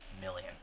million